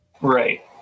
Right